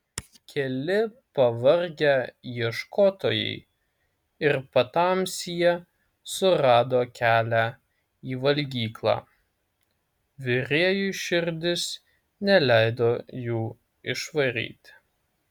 keli pavargę ieškotojai ir patamsyje surado kelią į valgyklą virėjui širdis neleido jų išvaryti